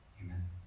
Amen